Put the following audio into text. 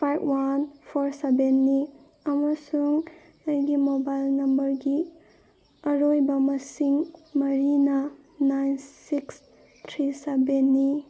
five one four ꯁꯕꯦꯟꯅꯤ ꯑꯃꯁꯨꯡ ꯑꯩꯒꯤ ꯃꯣꯕꯥꯏꯜ ꯅꯝꯕꯔꯒꯤ ꯑꯔꯣꯏꯕ ꯃꯁꯤꯡ ꯃꯔꯤꯅ ꯅꯥꯏꯟ ꯁꯤꯛꯁ ꯊ꯭ꯔꯤ ꯁꯕꯦꯟꯅꯤ